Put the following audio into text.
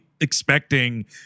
expecting